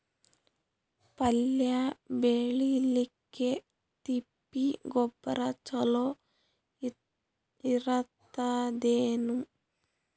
ಪಲ್ಯ ಬೇಳಿಲಿಕ್ಕೆ ತಿಪ್ಪಿ ಗೊಬ್ಬರ ಚಲೋ ಇರತದೇನು?